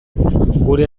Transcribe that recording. gure